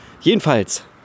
Jedenfalls